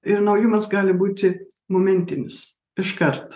ir naujumas gali būti momentinis iškart